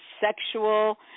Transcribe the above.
sexual